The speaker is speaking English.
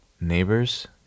Neighbors